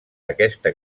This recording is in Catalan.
aquesta